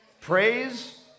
Praise